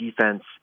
defense